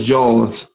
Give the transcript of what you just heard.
Jones